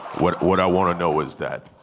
what what i wanna know is that